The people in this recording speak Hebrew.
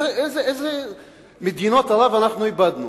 איזה מדינות ערב אנחנו איבדנו?